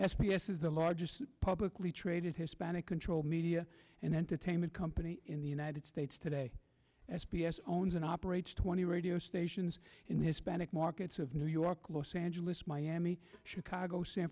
s is the largest publicly traded hispanic controlled media and entertainment company in the united states today as p s owns and operates twenty radio stations in hispanic markets of new york los angeles miami chicago san